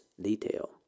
detail